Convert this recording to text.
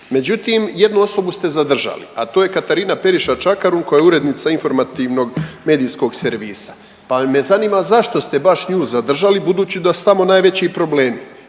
Međutim jednu osobu ste zadržali, a to je Katarina Periša Čakarun koja je urednica Informativnog medijskog servisa, pa me zanima zašto ste baš nju zadržali budući da su tamo najveći problemi